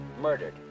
murdered